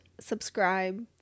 subscribe